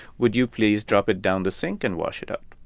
would you please drop it down the sink and wash it up?